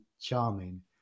charming